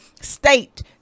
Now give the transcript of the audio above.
state